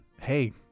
hey